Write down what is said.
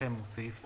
שלפניכם הוא סעיף